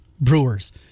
Brewers